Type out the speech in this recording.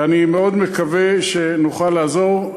ואני מאוד מקווה שנוכל לעזור.